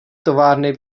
továrny